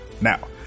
Now